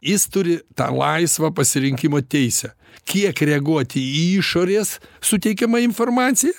jis turi tą laisvą pasirinkimo teisę kiek reaguoti į išorės suteikiamą informaciją